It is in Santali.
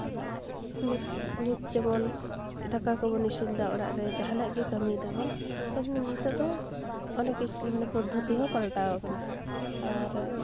ᱱᱤᱛ ᱱᱤᱛ ᱡᱮᱢᱚᱱ ᱫᱟᱠᱟ ᱠᱚᱵᱚᱱ ᱤᱥᱤᱱᱫᱟ ᱚᱲᱟᱜ ᱨᱮ ᱡᱟᱦᱟᱱᱟᱜ ᱜᱮ ᱠᱟᱹᱢᱤᱭ ᱫᱟᱵᱚᱱ ᱱᱤᱛᱳᱜ ᱫᱚ ᱚᱸᱰᱮ ᱠᱚ ᱢᱟᱱᱮ ᱯᱚᱫᱽᱫᱷᱚᱛᱤ ᱦᱚᱸ ᱯᱟᱞᱴᱟᱣ ᱠᱟᱱᱟ ᱟᱨ